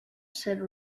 said